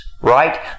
Right